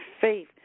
faith